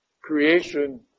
creation